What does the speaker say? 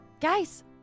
guys